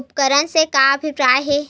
उपकरण से का अभिप्राय हे?